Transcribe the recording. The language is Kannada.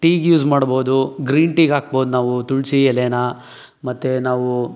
ಟೀಗೆ ಯೂಸ್ ಮಾಡ್ಬೌದು ಗ್ರೀನ್ ಟೀಗೆ ಹಾಕ್ಬೌದು ನಾವು ತುಳಸಿ ಎಲೆನ ಮತ್ತು ನಾವು